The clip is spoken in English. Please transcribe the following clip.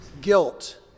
guilt